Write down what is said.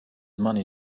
money